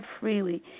freely